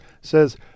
says